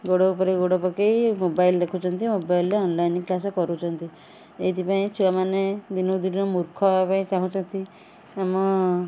ଗୋଡ଼ ଉପରେ ଗୋଡ଼ ପକେଇ ମୋବାଇଲ୍ ଦେଖୁଛନ୍ତି ମୋବାଇଲ୍ରେ ଅନ୍ଲାଇନ୍ କ୍ଲାସ୍ କରୁଛନ୍ତି ଏଇଥି ପାଇଁ ଛୁଆମାନେ ଦିନୁକୁ ଦିନ ମୂର୍ଖ ହେବା ପାଇଁ ଚାହୁଁଛନ୍ତି ଆମ